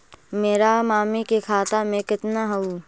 मेरा मामी के खाता में कितना हूउ?